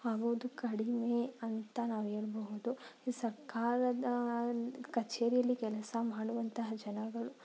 ಆಗೋದು ಕಡಿಮೆ ಅಂತ ನಾವು ಹೇಳ್ಬಹುದು ಈ ಸರ್ಕಾರದ ಕಛೇರಿಯಲ್ಲಿ ಕೆಲಸ ಮಾಡುವಂತಹ ಜನಗಳು